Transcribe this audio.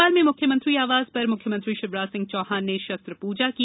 भोपाल में मुख्यमंत्री आवास पर मुख्यमंत्री शिवराज सिंह चौहान ने शस्त्र पूजा की